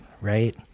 right